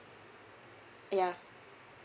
yeah